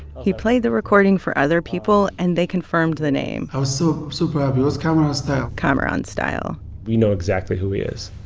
he played the recording for other people, and they confirmed the name i was so superb. it was kamaran style kamaran style we know exactly who he is.